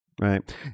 Right